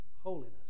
holiness